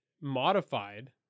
modified